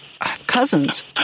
cousins